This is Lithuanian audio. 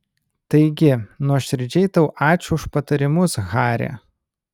taigi nuoširdžiai tau ačiū už patarimus hari